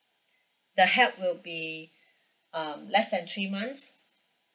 the help would be um less than three months